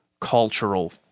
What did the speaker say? cultural